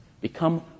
Become